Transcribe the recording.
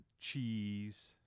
cheese